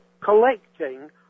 collecting